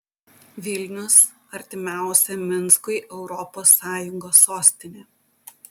vilnius artimiausia minskui europos sąjungos sostinė